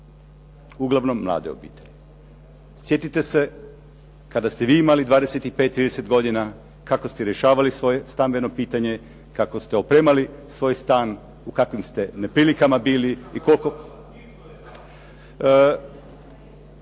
Uglavnom mlade obitelji. Sjetite se kada ste vi imali 25, 30 godina kako ste rješavali svoje stambeno pitanje, kako ste opremali svoj stan, u kakvim ste neprilikama bili i koliko.